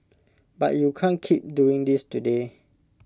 but you can't keep doing this today